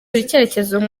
icyerekezo